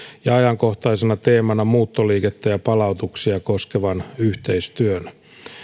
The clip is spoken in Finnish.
ja ajankohtaisena teemana muuttoliikettä ja palautuksia koskevan yhteistyön